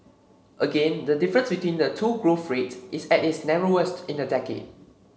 again the difference between the two growth rates is at its narrowest in a decade